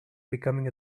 becoming